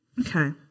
Okay